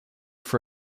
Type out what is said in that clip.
for